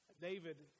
David